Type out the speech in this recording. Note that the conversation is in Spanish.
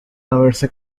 haberse